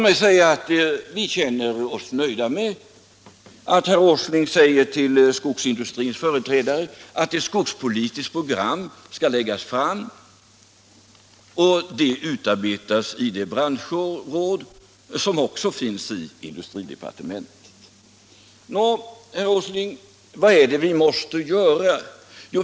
Vi känner oss nöjda med att herr Åsling säger till skogsindustrins företrädare att ett skogspolitiskt program skall läggas fram och att det utarbetas i ett branschråd som också finns i industridepartementet. Nå, herr Åsling, vad är det vi måste göra?